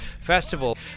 Festival